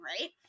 right